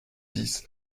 dix